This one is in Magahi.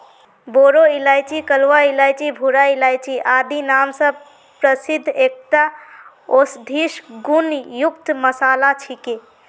बोरो इलायची कलवा इलायची भूरा इलायची आदि नाम स प्रसिद्ध एकता औषधीय गुण युक्त मसाला छिके